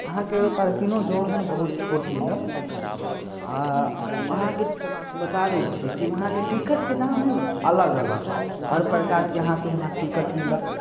अहाँके पार्किंनो जोन हइ ने बहुत छोट मिलत आ अहाँके बता दै छी कि वहाँके टिकटके दाम हइ ने अलग अलग हर प्रकारके हाँथो हाँथ टिकट मिलत